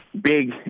big